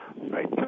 right